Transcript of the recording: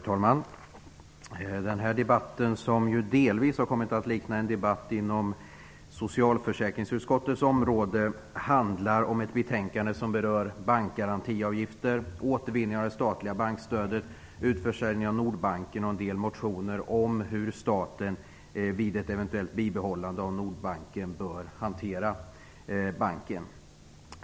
Herr talman! Den här debatten, som ju delvis har kommit att likna en debatt inom socialförsäkringsutskottets område, handlar om ett betänkande som berör bankgarantiavgifter, återvinning av det statliga bankstödet, utförsäljningen av Nordbanken och en del motioner om hur staten vid ett eventuellt bibehållande av Nordbanken bör hantera banken.